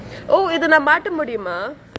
oh இது நா மாத்த முடியுமா:ithu naa maatha mudiyumaa